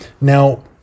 Now